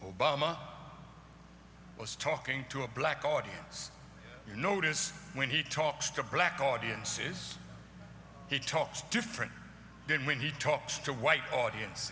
obama was talking to a black audience you notice when he talks to black audiences he talks different then when he talks to white audience